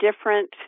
different